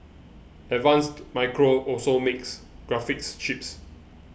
advanced Micro also makes graphics chips